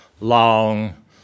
long